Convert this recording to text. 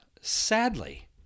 Sadly